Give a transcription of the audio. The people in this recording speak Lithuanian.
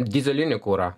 dyzelinį kurą